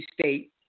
state